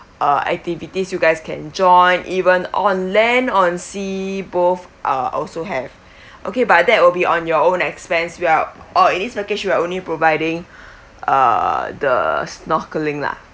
uh activities you guys can join even on land on sea both uh also have okay but that will be on your own expense we are on each package we are only providing uh the snorkelling lah